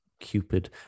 Cupid